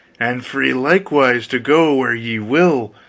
and free likewise to go where ye will,